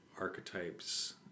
archetypes